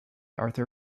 arthur